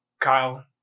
Kyle